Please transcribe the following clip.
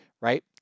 right